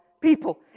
people